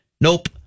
nope